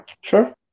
Sure